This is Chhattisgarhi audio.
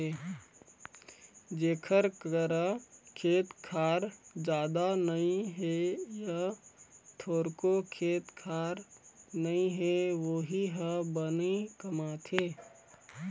जेखर करा खेत खार जादा नइ हे य थोरको खेत खार नइ हे वोही ह बनी कमाथे